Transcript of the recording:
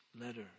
letter